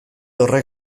horrek